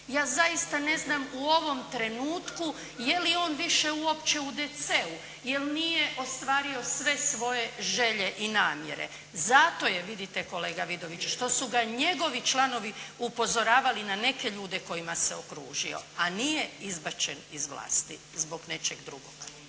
Ja zaista ne znam u ovom trenutku je li on više uopće uopće u DC-u jer nije ostvario sve svoje želje i namjere. Zato je vidite kolega Vidović što su ga njegovi članovi upozoravali na neke ljude kojima se okružio, a nije izbačen iz vlasti zbog nečeg drugog.